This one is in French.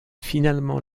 finalement